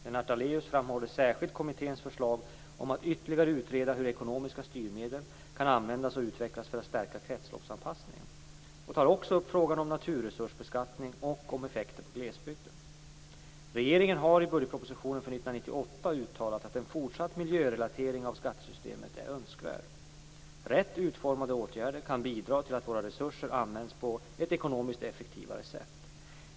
Lennart Daléus framhåller särskilt kommitténs förslag om att ytterligare utreda hur ekonomiska styrmedel kan användas och utvecklas för att stärka kretsloppsanpassningen och tar också upp frågorna om naturresursbeskattning och om effekter på glesbygden. uttalat att en fortsatt miljörelatering av skattesystemet är önskvärd. Rätt utformade åtgärder kan bidra till att våra resurser används på ett ekonomiskt effektivare sätt.